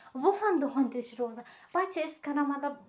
وُہن دۄہن تہِ چھُ روزان پَتہٕ چھِ أسۍ کران مطلب